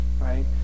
right